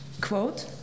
Quote